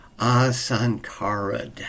asankarad